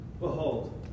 Behold